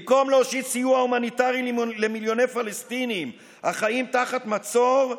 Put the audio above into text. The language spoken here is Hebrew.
במקום להושיט סיוע הומניטרי למיליוני פלסטינים החיים תחת מצור,